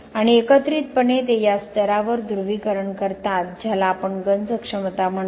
आणि एकत्रितपणे ते या स्तरावर ध्रुवीकरण करतात ज्याला आपण गंज क्षमता म्हणतो